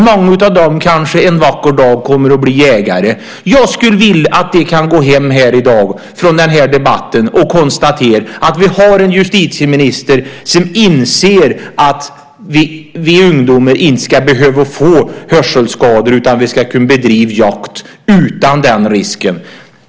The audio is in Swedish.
Många av dem kanske en vacker dag kommer att bli jägare. Jag skulle vilja att de kan gå hem från denna debatt i dag och konstatera att vi har en justitieminister som inser att ungdomarna inte ska behöva få hörselskador utan kunna bedriva jakt utan den risken.